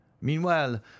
meanwhile